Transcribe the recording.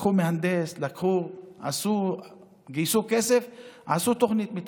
לקחו מהנדס, גייסו כסף, עשו תוכנית מתאר.